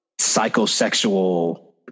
psychosexual